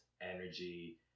energy